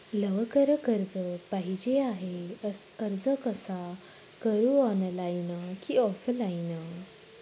लवकर कर्ज पाहिजे आहे अर्ज कसा करु ऑनलाइन कि ऑफलाइन?